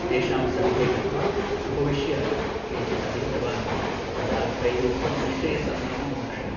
तेषां सविधे गत्वा उपविश्य किञ्चित् अधीतवान् तदा तैः उक्तं निःश्रेयसं नाम मोक्षः